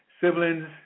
siblings